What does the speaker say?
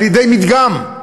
על-ידי מדגם.